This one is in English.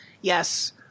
yes